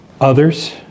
others